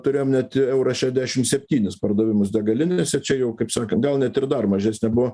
turėjom net eurą šešiasdešim septynis pardavimus degalinėse čia jau kaip sakant gal net ir dar mažesnė buvo